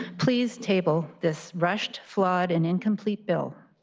please table this rust, flawed and incomplete bill,